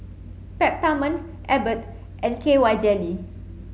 Peptamen Abbott and K Y Jelly